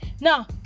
Now